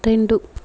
రెండు